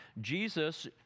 Jesus